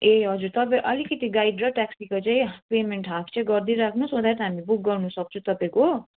ए हजुर तपाईँ अलिकति गाइड र ट्याक्सीको चाहिँ पेमेन्ट हाफ चाहिँ गरिदिइनुहोस् सो द्याट हामीले बुक गर्नु सक्छौँ तपाईँको